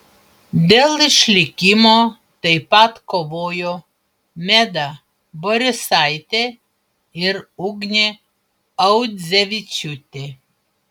dėl išlikimo taip pat kovojo meda borisaitė ir ugnė audzevičiūtė